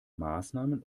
maßnahmen